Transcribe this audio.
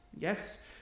Yes